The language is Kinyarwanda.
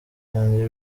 yanjye